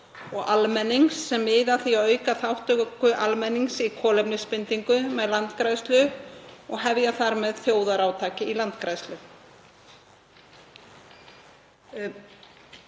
og almennings sem miði að því að auka þátttöku almennings í kolefnisbindingu með landgræðslu og hefja þar með þjóðarátak í landgræðslu.“